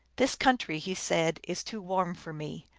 this country, he said, is too warm for me.